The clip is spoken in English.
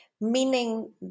meaning